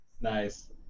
Nice